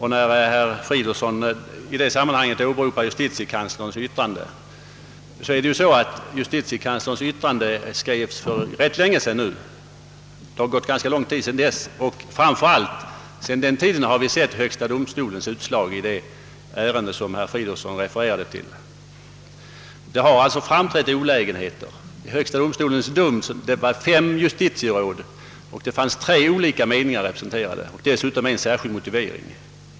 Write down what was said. Herr Fridolfsson åberopade även justitiekanslerns yttrande. Men det har nu gått ganska lång tid sedan justitiekanslerns yttrande skrevs, och under den tiden har vi fått högsta domstolens utslag i det ärende som herr Fridolfsson refererade till. I högsta domstolens dom representerade de fem justitieråden tre olika meningar, och dessutom fanns det en särskild motivering.